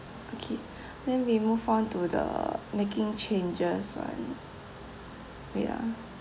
okay then we move on to the making changes [one] wait ah